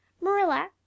Marilla